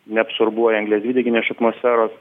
neabsorbuoja anglies dvideginio iš atmosferos